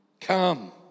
come